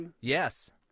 yes